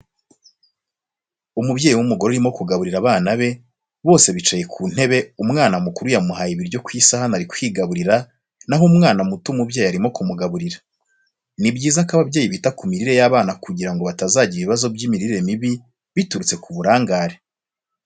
umubyeyi w'umugore urimo kugaburira abana be, bose bicaye ku ntebe umwana mukuru yamuhaye ibiryo ku isahane ari kwigaburira naho uwana muto umubyeyi arimo kumugaburira. nibyiza ko ababyeyi bita ku mirire y'abana kugirango batazagira ibibazo by'imirire mibi biturutse ku burangare.